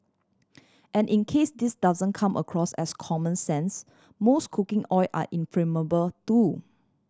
and in case this doesn't come across as common sense most cooking oil are inflammable too